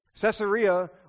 Caesarea